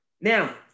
Now